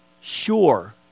sure